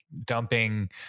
dumping